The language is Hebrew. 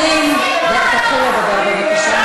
חברים, תתחיל לדבר, בבקשה.